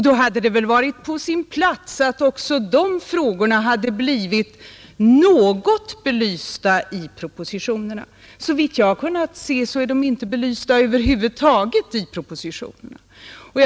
Då hade det väl varit på sin plats att även dessa frågor blivit något belysta i propositionerna, Såvitt jag har kunnat se är de inte belysta över huvud taget i propositionerna.